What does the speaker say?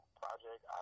project